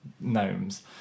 gnomes